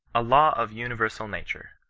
a law of universal nature.